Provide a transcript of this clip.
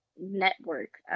network